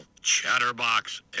Chatterbox